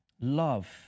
love